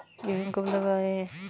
गेहूँ कब लगाएँ?